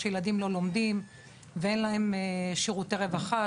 שילדים לא לומדים ואין להם שירותי רווחה,